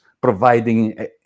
providing